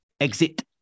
exit